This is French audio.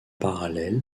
parallèle